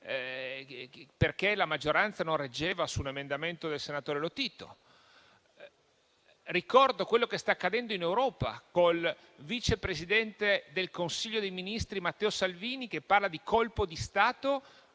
perché la maggioranza non reggeva su un emendamento del senatore Lotito. Ricordo quello che sta accadendo in Europa col vice presidente del Consiglio dei ministri, Matteo Salvini, che parla di colpo di Stato,